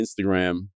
Instagram